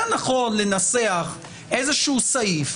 היה נכון לנסח איזשהו סעיף,